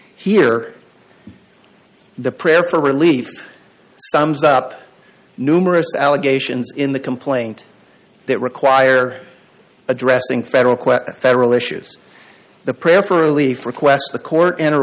here the prayer for relief sums up numerous allegations in the complaint that require addressing federal question federal issues the prayer for leaf request the court enter